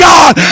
God